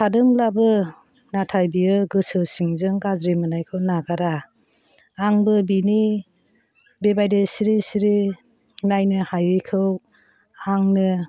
थादोंब्लाबो नाथाय बियो गोसो सिंजों गाज्रि मोन्नायखौ नागारा आंबो बिनि बेबादि सिरि सिरि नायनो हायैखौ आंनो